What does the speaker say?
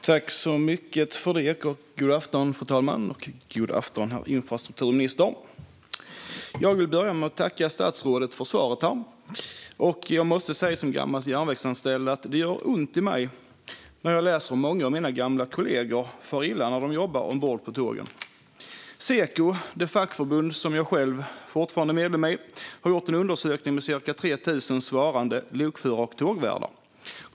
Fru talman! God afton fru talman och infrastrukturministern! Jag vill börja med att tacka statsrådet för svaret. Jag måste som tidigare järnvägsanställd säga att det gör ont i mig när jag läser att många av mina gamla kollegor far illa när de jobbar ombord på tågen. Seko, det fackförbund som jag själv fortfarande är medlem i, har genomfört en undersökning bland ca 3 000 lokförare och tågvärdar.